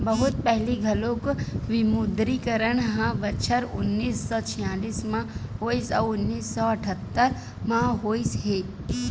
बहुत पहिली घलोक विमुद्रीकरन ह बछर उन्नीस सौ छियालिस म होइस अउ उन्नीस सौ अठत्तर म होइस हे